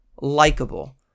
likable